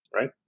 right